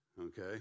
okay